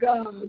God